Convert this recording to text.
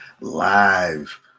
live